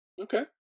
Okay